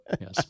Yes